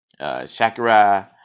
Shakira